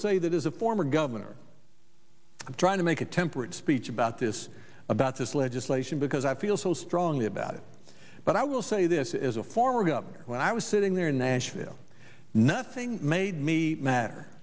say that is a former governor trying to make a temperate speech about this about this legislation because i feel so strongly about it but i will say this is a former governor when i was sitting there in nashville nothing made me mad